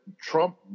Trump